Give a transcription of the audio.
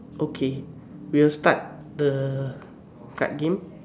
okay we'll start the card game